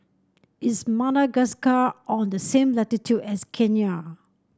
is Madagascar on the same latitude as Kenya